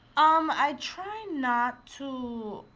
um, i try not to